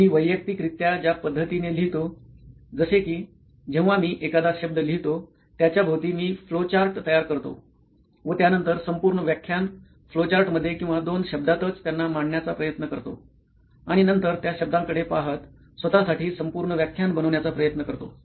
मी वैयक्तिकरित्या ज्या पद्धतीने लिहतो जसे कि जेव्हा मी एखादा शब्द लिहतो त्याच्या भवती मी फ्लोचार्ट तयार करतो व त्यांनतर संपूर्ण व्याख्यान फ्लोचार्टमध्ये किंवा दोन शब्दांतच त्यांना मांडण्याचा प्रयत्न करतो आणि नंतर त्या शब्दांकडे पहात स्वत साठी संपूर्ण व्याख्यान बनवण्याचा प्रयत्न करतो